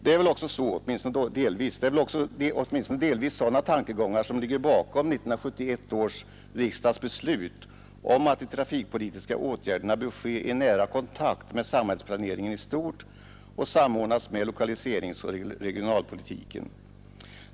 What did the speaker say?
drift av icke lönsam Det är väl också, åtminstone delvis, sådana tankegångar som ligger "2 järnvägslinjer bakom 1971 års riksdagsbeslut om att de trafikpolitiska åtgärderna bör 2 M. ske i nära kontakt med samhällsplaneringen i stort och samordnas med lokaliseringsoch regionalpolitiken.